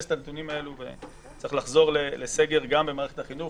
מבוססת על הנתונים האלה וצריך לחזור לסגר גם במערכת החינוך.